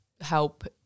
help